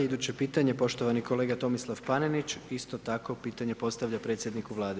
Iduće pitanje poštovani kolega Tomislav Panenić, isto tako pitanje postavlja predsjedniku Vlade.